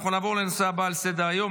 אנחנו נעבור לנושא הבא על סדר-היום,